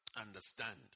understand